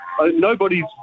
Nobody's